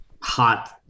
hot